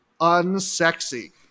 unsexy